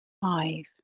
Five